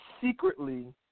secretly